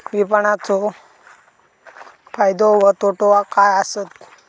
विपणाचो फायदो व तोटो काय आसत?